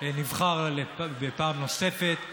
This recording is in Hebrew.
נבחר פעם נוספת.